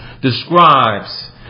describes